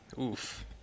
Oof